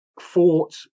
fought